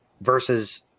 versus